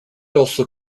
also